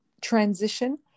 transition